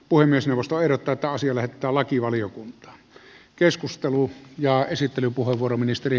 puhemiesneuvosto ehdottaa että asia lähetetään lakivaliokuntaan